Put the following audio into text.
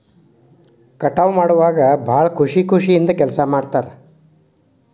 ಕಟಾವ ಮಾಡುವಾಗ ಭಾಳ ಖುಷಿ ಖುಷಿಯಿಂದ ಕೆಲಸಾ ಮಾಡ್ತಾರ